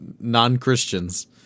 non-Christians